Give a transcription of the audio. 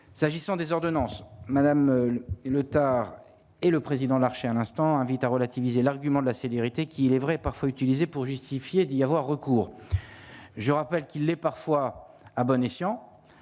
s'agissant des ordonnances madame Leuthard et le président Larcher à l'instant invite à relativiser l'argument de la sécurité qui il est vrai, parfois utilisé pour justifier d'y avoir recours, je rappelle qu'il est parfois à bon escient